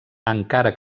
encara